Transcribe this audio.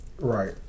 right